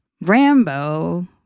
Rambo